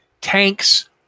Tanks